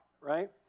right